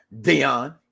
Dion